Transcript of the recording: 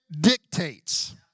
dictates